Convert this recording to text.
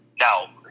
Now